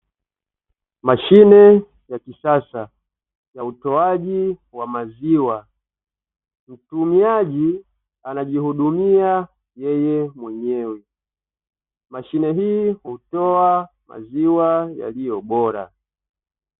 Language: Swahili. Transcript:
Mashine ya kisasa ya utoaji wa maziwa. Mtumiaji anajihudumia yeye mwenyewe. Mashine hii hutoa maziwa yaliyo bora.